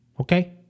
okay